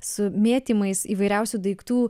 su mėtymais įvairiausių daiktų